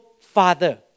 father